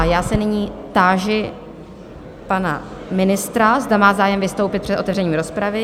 Já se nyní táži pana ministra, zda má zájem vystoupit před otevřením rozpravy?